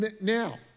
Now